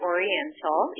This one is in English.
Oriental